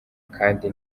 kandi